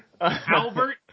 Albert